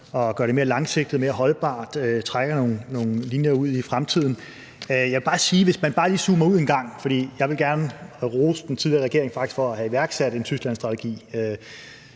og gør det mere langsigtet, mere holdbart, og som trækker nogle linjer ud i fremtiden, jo bedre. Jeg vil bare sige, at hvis man zoomer ud engang – for jeg vil faktisk gerne rose den tidligere regering for at have iværksat en Tysklandsstrategi